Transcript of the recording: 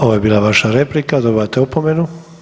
Ovo je bila vaša replika, dobivate opomenu.